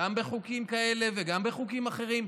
גם בחוקים כאלה וגם בחוקים אחרים.